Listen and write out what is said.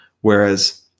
whereas